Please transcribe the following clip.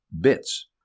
bits